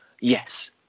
yes